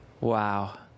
Wow